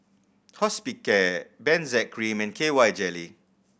Hospicare Benzac Cream and K Y Jelly